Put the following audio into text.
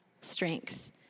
strength